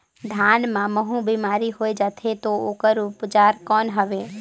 धान मां महू बीमारी होय जाथे तो ओकर उपचार कौन हवे?